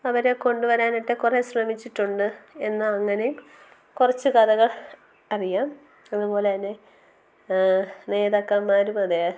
അവരെ കൊണ്ട് വരാനായിട്ട് കുറേ ശ്രമിച്ചിട്ടുണ്ട് എന്നാൽ അങ്ങനെ കുറച്ച് കഥകൾ അറിയാം അതേപോലെ തന്നെ നേതാക്കന്മാരും അതെ